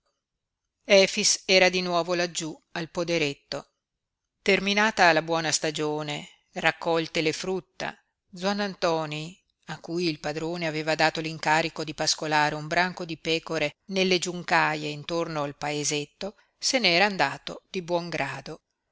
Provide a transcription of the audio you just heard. era di nuovo laggiú al poderetto terminata la buona stagione raccolte le frutta zuannantoni a cui il padrone aveva dato l'incarico di pascolare un branco di pecore nelle giuncaie intorno al paesetto se n'era andato di buon grado